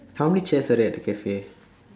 how many chairs are there at the cafe